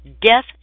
Death